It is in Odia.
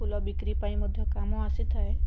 ଫୁଲ ବିକ୍ରି ପାଇଁ ମଧ୍ୟ କାମ ଆସିଥାଏ